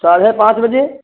साढ़े पाँच बजे